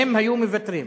הם היו מוותרים.